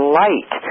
light